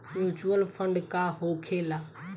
Mutual fund का होखेला?